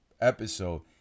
episode